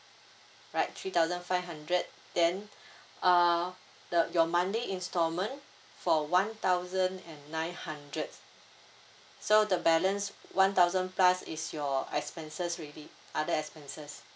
right three thousand five hundred then uh the your monthly installment for one thousand and nine hundred so the balance one thousand plus is your expenses already other expenses